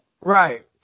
Right